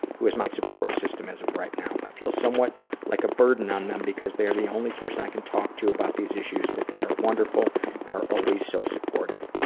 who is my support system as of right now. i feel somewhat like a burden on them because they are the only person i can talk to about these issues, but they are wonderful and are always so supportive.